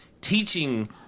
teaching